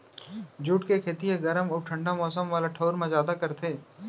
jute के खेती ह गरम अउ ठंडा मौसम वाला ठऊर म जादा करथे